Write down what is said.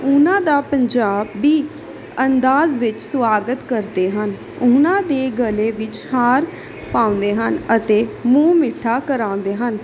ਉਹਨਾਂ ਦਾ ਪੰਜਾਬੀ ਅੰਦਾਜ਼ ਵਿੱਚ ਸਵਾਗਤ ਕਰਦੇ ਹਨ ਉਹਨਾਂ ਦੇ ਗਲੇ ਵਿੱਚ ਹਾਰ ਪਾਉਂਦੇ ਹਨ ਅਤੇ ਮੂੰਹ ਮਿੱਠਾ ਕਰਾਉਂਦੇ ਹਨ